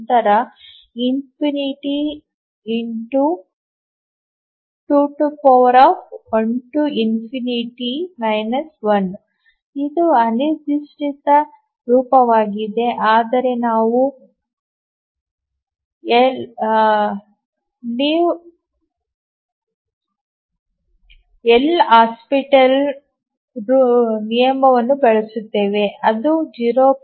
ನಂತರ ಇದು ಅನಿರ್ದಿಷ್ಟ ರೂಪವಾಗಿದೆ ಆದರೆ ನಾವು ಎಲ್ ಹಾಸ್ಪಿಟಲ್ಸ್ ನಿಯಮವನ್ನು ಬಳಸುತ್ತೇವೆ ಅದು 0